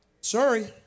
Sorry